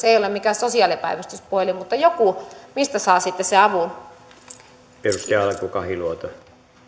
ei ole mikään sosiaalipäivystyspuhelin mutta joku mistä saa sitten sen avun